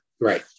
Right